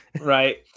Right